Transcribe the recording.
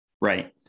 right